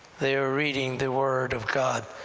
they're reading the word of god,